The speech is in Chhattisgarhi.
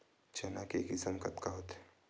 चना के किसम कतका होथे?